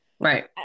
Right